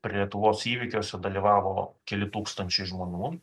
prie lietuvos įvykiuose dalyvavo keli tūkstančiai žmonių